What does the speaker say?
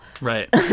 Right